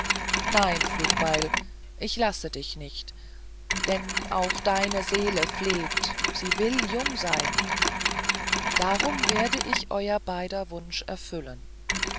nein flugbeil ich lasse dich nicht denn auch deine seele fleht sie will jung sein darum werde ich euer beider wunsch erfüllen